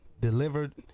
delivered